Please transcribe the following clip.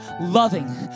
loving